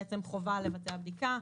בעצם חובה לבצע בדיקה,